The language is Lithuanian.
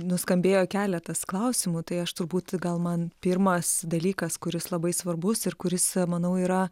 nuskambėjo keletas klausimų tai aš turbūt gal man pirmas dalykas kuris labai svarbus ir kuris manau yra